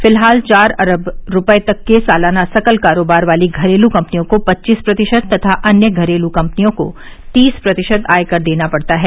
फिलहाल चार अरब रूपये तक के सालाना संकल करोबार वाली घरेलू कम्पनियों को पच्चीस प्रतिशत तथा अन्य घरेलू कम्पनियों को तीस प्रतिशत आय कर देना पड़ता है